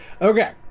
Okay